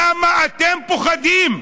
למה אתם פוחדים?